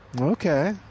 Okay